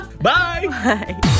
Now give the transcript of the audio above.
Bye